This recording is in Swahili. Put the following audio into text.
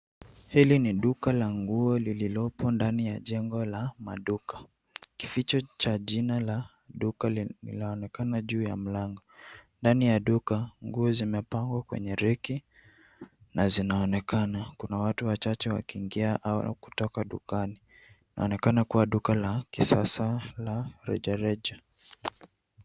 Hili ni duka la nguo lililopo ndani ya jengo la maduka, Kificho cha jina la duka linaonekana juu ya mlango. Ndani ya duka, nguo zimepangwa kwenye reki na zinaonekana, kuna watu wachache wakiingia au kutoka dukani. inaonekana kuwa duka la kisasa la rejareja.